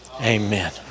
Amen